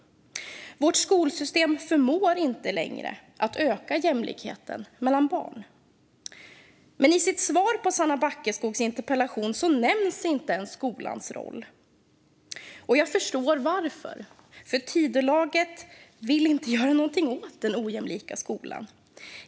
Vårt skolsystem förmår inte längre att öka jämlikheten mellan barn. Men i sitt svar på Sanna Backeskogs interpellation nämner statsrådet inte ens skolans roll. Jag förstår varför, för Tidölaget vill inte göra något åt den ojämlika skolan.